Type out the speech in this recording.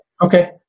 Okay